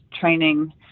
training